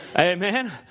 Amen